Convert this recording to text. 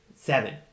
Seven